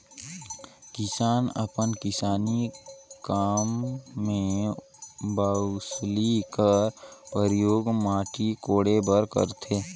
किसान अपन किसानी काम मे बउसली कर परियोग माटी कोड़े बर करथे